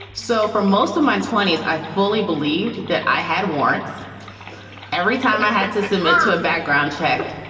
so for most of my twenties, i fully believed that i had warrants every time i had to submit to a background check.